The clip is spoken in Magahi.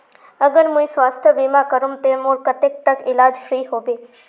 अगर मुई स्वास्थ्य बीमा करूम ते मोर कतेक तक इलाज फ्री होबे?